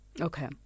Okay